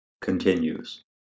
continues